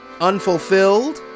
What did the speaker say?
Unfulfilled